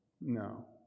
No